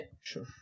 sure